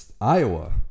Iowa